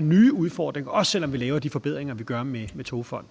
nye udfordringer vi forventer vil komme, også selv om vi laver de forbedringer, vi gør, med Togfonden